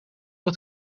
het